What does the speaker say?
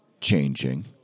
changing